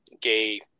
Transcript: gay